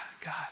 God